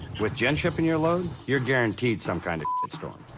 with jen trippin' your load, you're guaranteed some kind of storm.